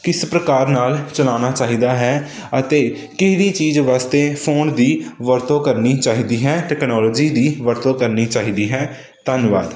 ਕਿਸ ਪ੍ਰਕਾਰ ਨਾਲ ਚਲਾਉਣਾ ਚਾਹੀਦਾ ਹੈ ਅਤੇ ਕਿਹੜੀ ਚੀਜ਼ ਵਾਸਤੇ ਫੋਨ ਦੀ ਵਰਤੋਂ ਕਰਨੀ ਚਾਹੀਦੀ ਹੈ ਟੈਕਨੋਲੋਜੀ ਦੀ ਵਰਤੋਂ ਕਰਨੀ ਚਾਹੀਦੀ ਹੈ ਧੰਨਵਾਦ